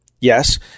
Yes